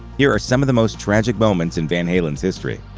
here are some of the most tragic moments in van halen's history.